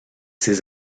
ses